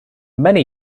many